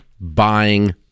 buying